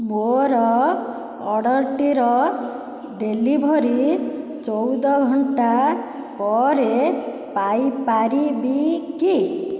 ମୋର ଅର୍ଡ଼ର୍ଟିର ଡେଲିଭରି ଚଉଦ ଘଣ୍ଟା ପରେ ପାଇପାରିବି କି